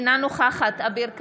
אינה נוכחת אביר קארה,